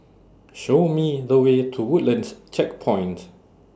Show Me The Way to Woodlands Checkpoint